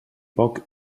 poc